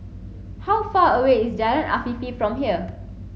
how far away is Jalan Afifi from here